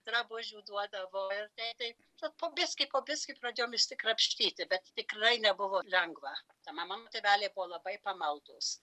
drabužių duodavo ir taip tad po biskį po biskį pradėjom išsikrapštyti bet tikrai nebuvo lengva ta mano tėveliai buvo labai pamaldūs